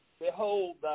Behold